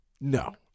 no